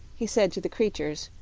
he said to the creatures,